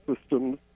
systems